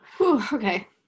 okay